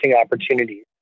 opportunities